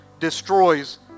destroys